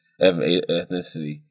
ethnicity